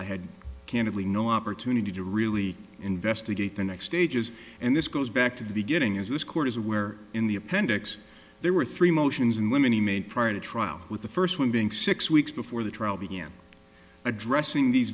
i had candidly no opportunity to really investigate the next stages and this goes back to the beginning as this court is where in the appendix there were three motions and women he made prior to trial with the first one being six weeks before the trial began addressing these